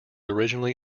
originally